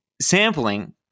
sampling